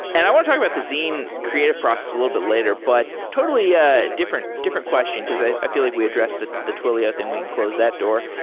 and i want to talk about the zine creative process a little bit later. but totally ah different different question, because i feel like we addressed the the twilio thing. we can close that door.